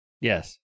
Yes